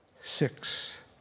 Six